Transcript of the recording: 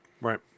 Right